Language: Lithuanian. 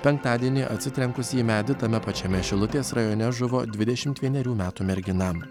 penktadienį atsitrenkusi į medį tame pačiame šilutės rajone žuvo dvidešimt vienerių metų mergina